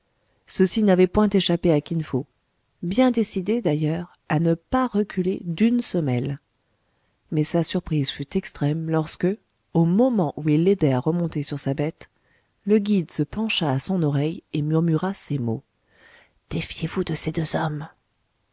ceci n'avait point échappé à kin fo bien décidé d'ailleurs à ne pas reculer d'une semelle mais sa surprise fut extrême lorsque au moment où il l'aidait à remonter sur sa bête le guide se pencha à son oreille et murmura ces mots défiez-vous de ces deux hommes